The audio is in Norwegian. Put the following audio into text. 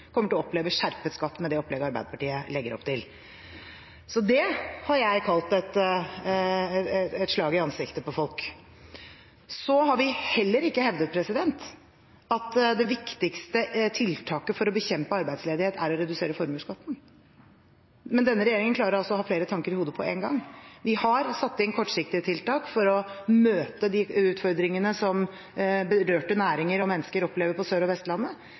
kommer til å oppleve skjerpet skatt med det Arbeiderpartiet legger opp til. Så det har jeg kalt et slag i ansiktet på folk. Så har vi heller ikke hevdet at det viktigste tiltaket for å bekjempe arbeidsledighet er å redusere formuesskatten. Men denne regjeringen klarer altså å ha flere tanker i hodet på en gang. Vi har satt inn kortsiktige tiltak for å møte de utfordringene som berørte næringer og mennesker opplever på Sør- og Vestlandet,